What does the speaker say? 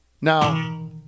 Now